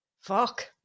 Fuck